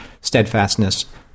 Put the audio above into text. steadfastness